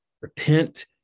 Repent